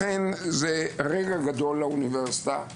לכן זה רגע גדול לאוניברסיטה,